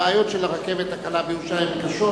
הבעיות של הרכבת הקלה בירושלים הן קשות.